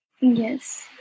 Yes